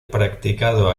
practicado